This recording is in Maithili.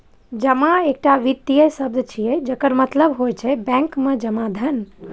जमा एकटा वित्तीय शब्द छियै, जकर मतलब होइ छै बैंक मे जमा धन